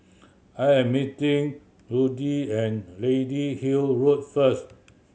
I am meeting Ludie and Lady Hill Road first